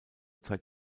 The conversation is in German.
zeit